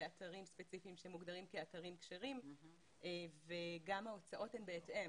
באתרים ספציפיים שמוגדרים כאתרים כשרים וגם ההוצאות הן בהתאם.